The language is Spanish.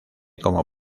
como